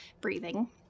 breathing